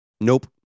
Nope